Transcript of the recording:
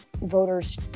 voters